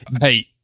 hey